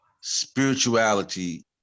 spirituality